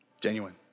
genuine